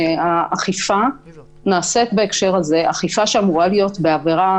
שהאכיפה נעשית בהקשר זה אכיפה שאמורה להיות בעבירה